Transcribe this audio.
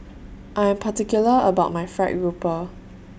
I Am particular about My Gried Grouper